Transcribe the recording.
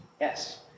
Yes